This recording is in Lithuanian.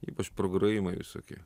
ypač pragrojimai visokie